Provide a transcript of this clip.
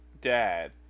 dad